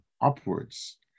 upwards